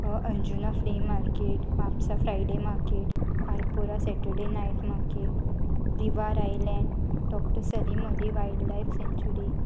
Anjuna flea market Mapusa Friday market Arpora Saturday night market Divar island doctor Salim Ali wildlife sanctuary